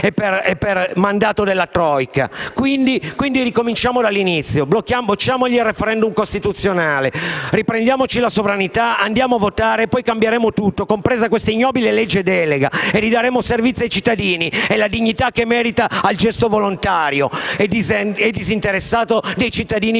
e per mandato della *troika*. Quindi? Quindi ricominciamo dall'inizio: bocciamogli il *referendum* costituzionale, riprendiamoci la sovranità, andiamo a votare e poi cambieremo tutto, compresa questa ignobile legge delega, e ridaremo i servizi ai cittadini e la dignità che merita al gesto volontario e disinteressato dei cittadini generosi.